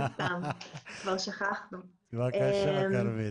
בבקשה כרמית.